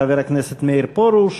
חבר הכנסת מאיר פרוש.